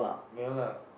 ya lah